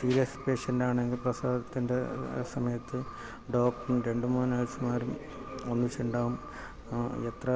serious പേഷ്യൻസാണെങ്കിൽ പ്രസവത്തിൻ്റെ സമയത്ത് ഡോക്ടറും രണ്ടു മൂന്ന് നേഴ്സുമാരും ഒന്നിച്ചു ഉണ്ടാകും എത്ര